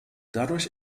dadurch